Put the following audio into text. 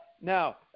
now